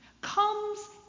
comes